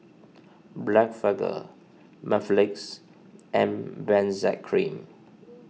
Blephagel Mepilex and Benzac Cream